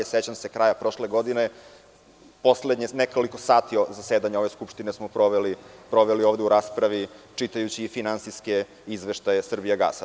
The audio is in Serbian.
Sećam se kraja prošle godine, poslednjih nekoliko sati zasedanja Skupštine smo proveli u raspravi čitajući finansijske izveštaje „Srbijagasa“